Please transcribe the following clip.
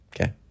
Okay